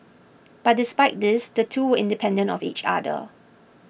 but despite this the two were independent of each other